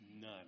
none